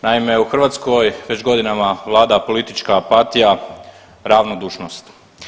Naime, u Hrvatskoj već godinama vlada politička apatija, ravnodušnost.